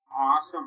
Awesome